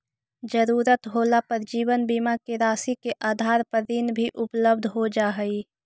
ज़रूरत होला पर जीवन बीमा के राशि के आधार पर ऋण भी उपलब्ध हो जा हई